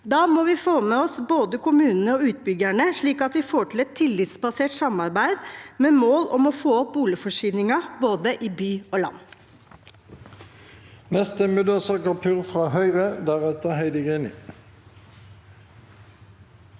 Da må vi få med oss både kommunene og utbyggerne, slik at vi får til et tillitsbasert samarbeid med mål om å få opp boligforsyningen i både by og land.